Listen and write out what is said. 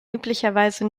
üblicherweise